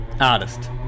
Artist